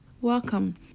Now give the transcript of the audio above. welcome